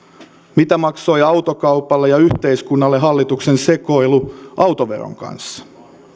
mitä maksoi autokaupalle ja yhteiskunnalle hallituksen sekoilu autoveron kanssa